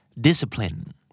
Discipline